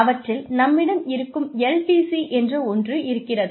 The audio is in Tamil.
அவற்றில் நம்மிடம் இருக்கும் LTC என்ற ஒன்று இருக்கிறது